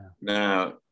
Now